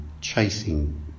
chasing